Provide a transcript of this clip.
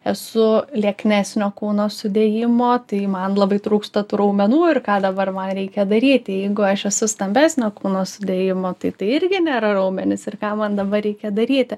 esu lieknesnio kūno sudėjimo tai man labai trūksta tų raumenų ir ką dabar man reikia daryti jeigu aš esu stambesnio kūno sudėjimo tai tai irgi nėra raumenys ir ką man dabar reikia daryti